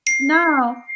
Now